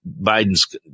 biden's